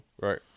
right